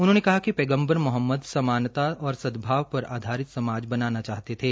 उन्होंने कहा कि पैगम्बर मोहम्मद समानता और सदभाव पर आधारित समाज बनाना चाहते थे